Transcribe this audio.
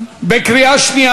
קריאה שנייה.